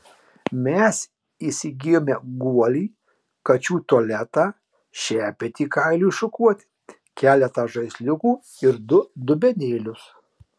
mes įsigijome guolį kačių tualetą šepetį kailiui šukuoti keletą žaisliukų ir du dubenėlius